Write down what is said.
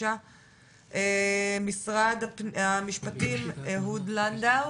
בבקשה משרד המשפטים, אהוד לנדאו.